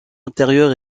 intérieur